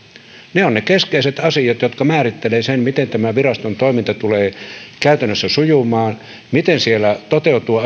ne ovat ne keskeiset asiat jotka määrittelevät sen miten tämän viraston toiminta tulee käytännössä sujumaan miten siellä toteutuvat